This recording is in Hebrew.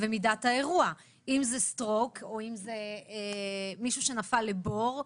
ומידת האירוע: אם זה שבץ או אם זה מישהו שנפל לבור,